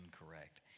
incorrect